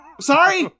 sorry